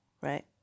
right